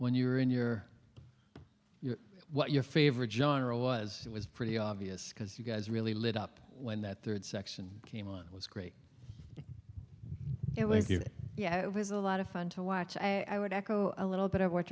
when you're in your what your favorite genre was it was pretty obvious because you guys really lit up when that third section came and it was great it was good yeah it was a lot of fun to watch i would echo a little bit of what